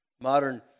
Modern